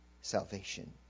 salvation